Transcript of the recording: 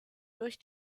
durch